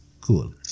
cool